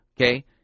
Okay